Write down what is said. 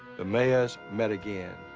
the mayors met again,